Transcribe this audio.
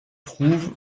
trouvent